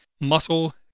muscle